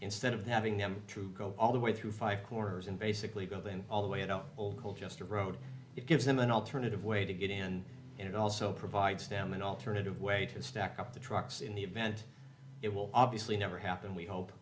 instead of they having them to go all the way through five corners and basically go in all the way up all call just a road it gives them an alternative way to get in and it also provides them an alternative way to stack up the trucks in the event it will obviously never happen we hope